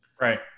Right